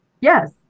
Yes